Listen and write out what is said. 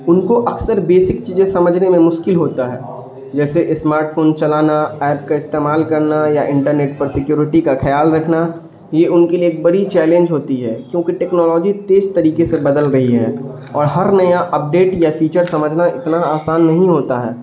ان کو اکثر بیسک چیزیں سمجھنے میں مشکل ہوتا ہے جیسے اسمارٹ فون چلانا ایپ کا استعمال کرنا یا انٹرنیٹ پر سیکیورٹی کا خیال رکھنا یہ ان کے لیے ایک بڑی چیلنج ہوتی ہے کیونکہ ٹیکنالوجی تیز طریقے سے بدل رہی ہے اور ہر نیا اپ ڈیٹ یا فیچر سمجھنا اتنا آسان نہیں ہوتا ہے